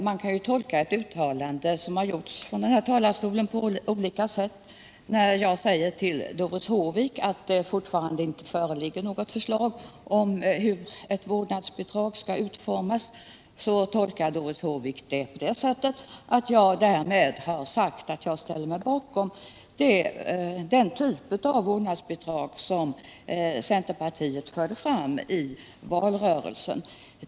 Herr talman! Ett uttalande som har gjorts i den här talarstolen kan givetvis tolkas på olika sätt. När jag sade till Doris Håvik att det fortfarande inte föreligger något förslag om hur ett vårdnadsbidrag skall utformas, tolkade hon detta på det sättet att jag därmed skulle ha sagt att jag ställer mig bakom den typ av vårdnadsbidrag som centerpartiet förde fram i valrörelsen.